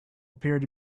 appeared